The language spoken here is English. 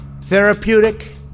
therapeutic